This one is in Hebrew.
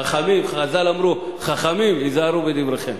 חז"ל אמרו: חכמים, היזהרו בדבריכם.